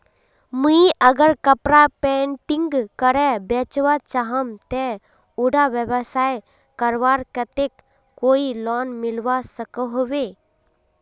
मुई अगर कपड़ा पेंटिंग करे बेचवा चाहम ते उडा व्यवसाय करवार केते कोई लोन मिलवा सकोहो होबे?